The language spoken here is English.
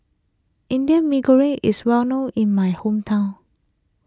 Indian Mee Goreng is well known in my hometown